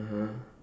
(uh huh)